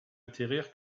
atterrir